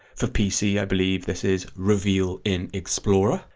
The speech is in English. for pc i believe this is reveal in explorer,